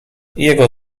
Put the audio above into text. jego